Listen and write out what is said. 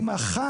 אם אחד,